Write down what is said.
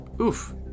Oof